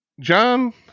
John